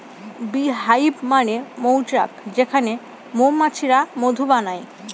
bee hive মানে মৌচাক যেখানে মৌমাছিরা মধু বানায়